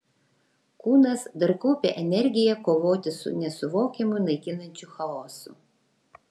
kūnas dar kaupė energiją kovoti su nesuvokiamu naikinančiu chaosu